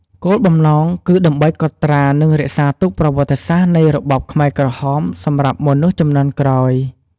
គោលបំំណងគឺ ដើម្បីកត់ត្រា និងរក្សាទុកប្រវត្តិសាស្ត្រនៃរបបខ្មែរក្រហមសម្រាប់មនុស្សជំនាន់ក្រោយ។